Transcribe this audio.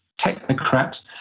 technocrat